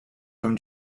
from